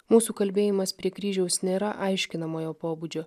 mūsų kalbėjimas prie kryžiaus nėra aiškinamojo pobūdžio